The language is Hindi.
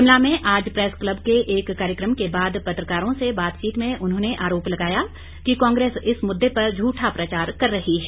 शिमला में आज प्रेस क्लब के एक कार्यक्रम के बाद पत्रकारों से बातचीत में उन्होंने आरोप लगाया कि कांग्रेस इस मुद्दे पर झूठा प्रचार कर रही है